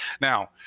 Now